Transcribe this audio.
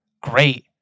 great